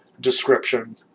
description